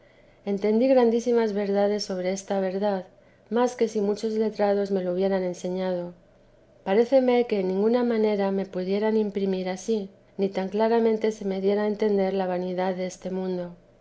entendí grandísimas verdades sobre esta verdad más que si muchos letrados me lo hubieran enseñado paréceme que en teresa de jes ninguna manera me pudieran imprimir ansí ni tan claramente se me diera a entender la vanidad deste mundo